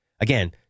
again